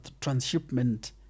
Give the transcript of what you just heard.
transshipment